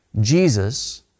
Jesus